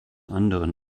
anderen